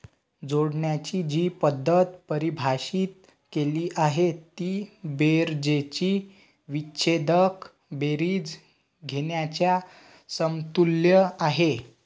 जोडण्याची जी पद्धत परिभाषित केली आहे ती बेरजेची विच्छेदक बेरीज घेण्याच्या समतुल्य आहे